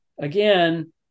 again